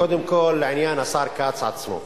קודם כול, לעניין השר כץ עצמו.